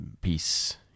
peace